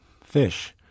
Fish